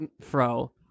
Fro